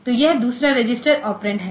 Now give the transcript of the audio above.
तो यह दूसरा रजिस्टर ऑपरेंड है